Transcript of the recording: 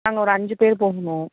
நாங்கள் ஒரு அஞ்சு பேர் போகணும்